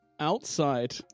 Outside